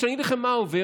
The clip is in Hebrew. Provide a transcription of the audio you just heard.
ואני אגיד לכם מה הוא,